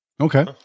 Okay